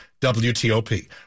WTOP